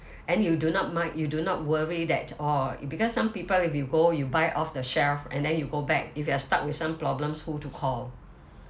and you do not mind you do not worry that orh because some people if you go you buy off the shelf and then you go back if you are stuck with some problems who to call